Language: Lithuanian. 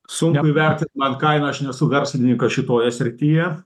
sunku įvertint man kainą aš nesu verslininkas šitoje srityje